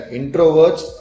introverts